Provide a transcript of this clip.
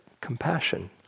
Compassion